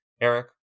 Eric